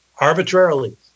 Arbitrarily